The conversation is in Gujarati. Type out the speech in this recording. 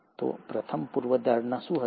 તો પ્રથમ પૂર્વધારણા શું હતી